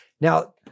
now